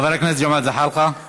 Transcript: לכן, צריך לזכור את המורשת